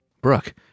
Brooke